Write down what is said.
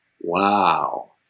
wow